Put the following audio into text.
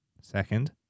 Second